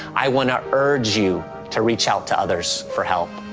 i want to urge you to reach out to others for help.